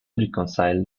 reconcile